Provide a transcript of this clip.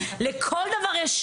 לכל דבר יש,